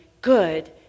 good